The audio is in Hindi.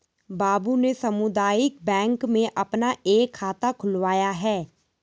बाबू ने सामुदायिक बैंक में अपना एक खाता खुलवाया है